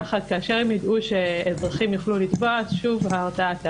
כאשר הם יידעו שאזרחים יוכלו לתבוע, ההרתעה תעלה.